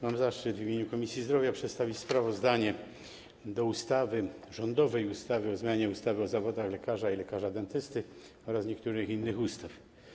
Mam zaszczyt w imieniu Komisji Zdrowia przedstawić sprawozdanie odnośnie do rządowego projektu ustawy o zmianie ustawy o zawodach lekarza i lekarza dentysty oraz niektórych innych ustaw.